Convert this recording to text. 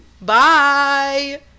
Bye